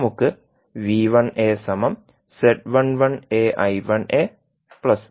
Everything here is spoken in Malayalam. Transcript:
നമുക്ക് എഴുതാം